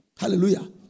Hallelujah